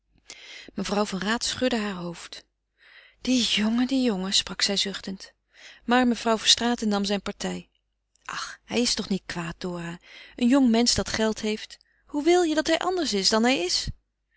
mevrouw van raat schudde haar hoofd die jongen die jongen sprak zij zuchtend maar mevrouw verstraeten nam zijne partij ach hij is toch niet kwaad dora een jongmensch dat geld heeft hoe wil je dat hij anders is dan hij is